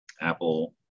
apple